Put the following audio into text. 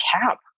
cap